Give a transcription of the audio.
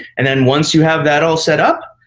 and then once you have that all set up,